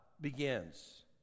begins